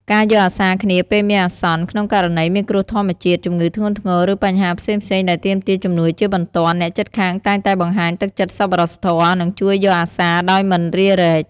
ការយកអាសារគ្នាពេលមានអាសន្ន ក្នុងករណីមានគ្រោះធម្មជាតិ ជម្ងឺធ្ងន់ធ្ងរ ឬបញ្ហាផ្សេងៗដែលទាមទារជំនួយជាបន្ទាន់ អ្នកជិតខាងតែងតែបង្ហាញទឹកចិត្តសប្បុរសធម៌ និងជួយយកអាសារដោយមិនរារែក។